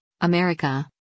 America